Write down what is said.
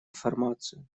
информацию